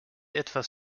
etwas